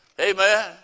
Amen